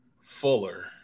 Fuller